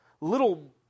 little